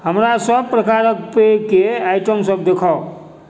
हमरा सभ प्रकारक पेयके आइटम सभ देखाउ